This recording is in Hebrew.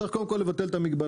צריך קודם כל לבטל את המגבלה.